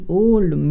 old